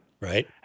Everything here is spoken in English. Right